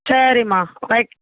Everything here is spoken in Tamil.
சரி அம்மா ரைட்